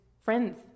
friends